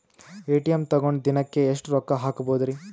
ATM ತಗೊಂಡ್ ದಿನಕ್ಕೆ ಎಷ್ಟ್ ರೊಕ್ಕ ಹಾಕ್ಬೊದ್ರಿ?